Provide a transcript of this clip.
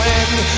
end